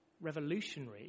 revolutionary